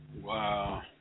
Wow